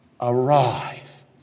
Arrive